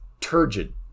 turgid